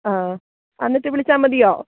ആ എന്നിട്ടു വിളിച്ചാല് മതിയോ